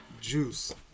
Juice